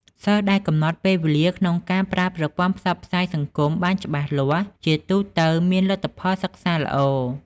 សិស្សដែលកំណត់ពេលវេលាក្នុងការប្រើប្រព័ន្ធផ្សព្វផ្សាយសង្គមបានច្បាស់លាស់ ជាទូទៅមានលទ្ធផលសិក្សាល្អ។